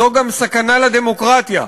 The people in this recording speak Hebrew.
זו גם סכנה לדמוקרטיה.